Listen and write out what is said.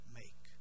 make